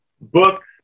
books